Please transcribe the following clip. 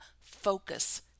focus